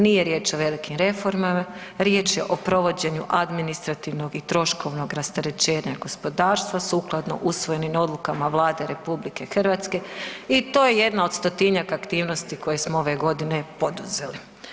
Nije riječ o velikim reformama, riječ je o provođenju administrativnog i troškovnog rasterećenja gospodarstva sukladno usvojenim odlukama Vlade RH i to je jedna od stotinjak aktivnosti koje smo ove godine poduzeli.